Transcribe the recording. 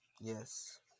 Yes